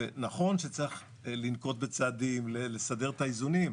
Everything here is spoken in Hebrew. נכון שצריך לנקוט בצעדים לסדר את האיזונים,